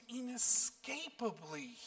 inescapably